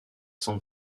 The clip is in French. san